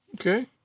Okay